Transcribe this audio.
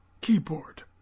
Keyboard